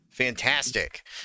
Fantastic